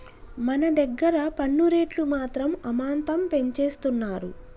మన దగ్గర పన్ను రేట్లు మాత్రం అమాంతం పెంచేస్తున్నారు